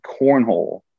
cornhole